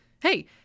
Hey